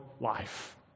life